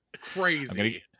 Crazy